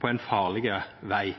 på ein farleg veg.